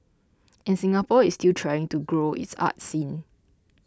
and Singapore is still trying to grow its arts scene